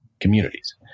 communities